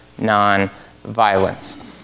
nonviolence